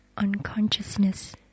Unconsciousness